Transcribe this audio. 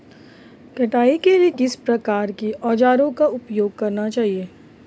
कटाई के लिए किस प्रकार के औज़ारों का उपयोग करना चाहिए?